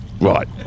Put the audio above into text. Right